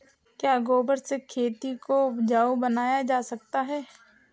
क्या गोबर से खेती को उपजाउ बनाया जा सकता है?